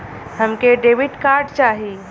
हमके debit card चाही?